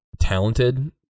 talented